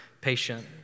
patient